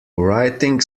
writing